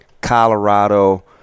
Colorado